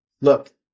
Look